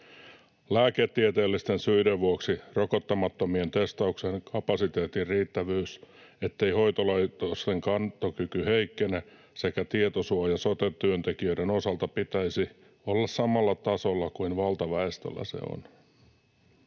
Lääketieteellisten syiden vuoksi rokottamattomien testauksen kapasiteetin riittävyys, ettei hoitolaitosten kantokyky heikkene, sekä tietosuojan sote-työntekijöiden osalta pitäisi olla samalla tasolla kuin valtaväestöllä se on.